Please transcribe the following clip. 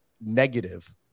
negative